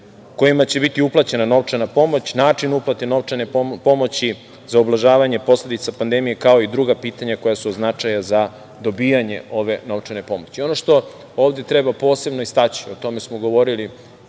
kojima će biti uplaćena novčana pomoć, način uplate novčane pomoći za ublažavanje posledica pandemije, kao i druga pitanja koja su od značaja za dobijanje ove novčane pomoći. Ono što ovde treba posebno istaći, o tome smo govorili